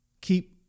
keep